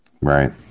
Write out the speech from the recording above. Right